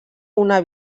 una